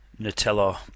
Nutella